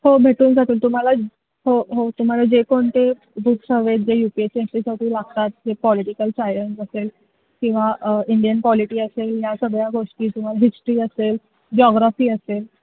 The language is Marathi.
हो भेटून जातील तुम्हाला हो हो तुम्हाला जे कोणते बुक्स हवेत जे U P S C S T साठी लागतात जे पॉलिटिकल सायन्स असेल किंवा इंडियन पॉलिटी असेल या सगळ्या गोष्टी तुम्हाला हिस्ट्री असेल जॉग्राफी असेल